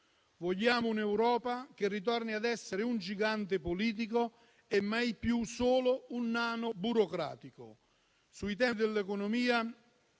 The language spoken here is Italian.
Vogliamo che l'Europa torni ad essere un gigante politico e mai più solo un nano burocratico. Sui temi dell'economia